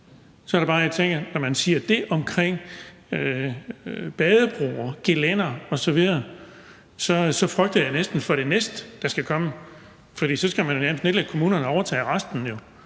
bare, jeg tænker, at når man siger det om badebroer, gelændere osv., så frygter jeg næsten for det næste, der skal komme, for så skal man vel nærmest nedlægge kommunerne og overtage resten.